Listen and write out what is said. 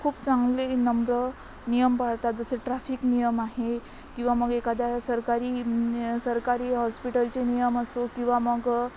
खूप चांगले नम्र नियम पाळतात जसं ट्राफिक नियम आहे किंवा मग एखाद्या सरकारी न्य सरकारी हॉस्पिटलचे नियम असो किंवा मग